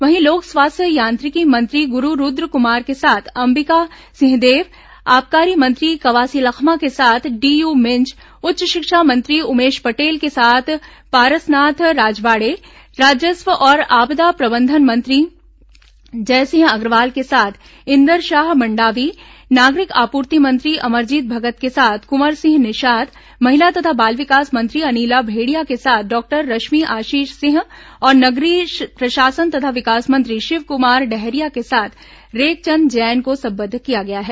वहीं लोक स्वास्थ्य यांत्रिकी मंत्री गुरू रूद्रकुमार के साथ अंबिका सिंहदेव आबकारी मंत्री कवासी लखमा के साथ यूडी मिंज उच्च शिक्षा मंत्री उमेश पटेल के साथ पारसनाथ राजवाड़े राजस्व और आपदा प्रबंधन मंत्री जयसिंह अग्रवाल के साथ इंदरशाह मंडावी नागरिक आपूर्ति मंत्री अमरजीत भगत के साथ कुंवर सिंह निषाद महिला तथा बाल विकास मंत्री अनिला भेंडिया के साथ डॉक्टर रश्मि आशीष सिंह और नगरीय प्रशासन तथा विकास मंत्री शिवकुमार डहरिया के साथ रेखचंद जैन को संबद्ध किया गया है